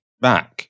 back